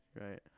Right